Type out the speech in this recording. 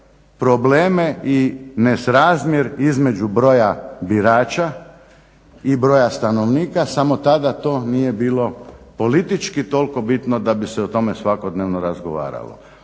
probleme i nesrazmjer između broja birača i broja stanovnika samo tada to nije bilo politički toliko bitno da bi se o tome svakodnevno razgovaralo.